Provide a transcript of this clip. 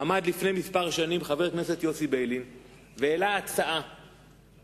עמד לפני כמה שנים חבר הכנסת יוסי ביילין והעלה הצעה פוסט-ציונית.